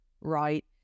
right